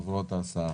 ההסעה,